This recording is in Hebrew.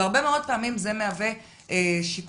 והרבה פעמים זה מהווה שיקול.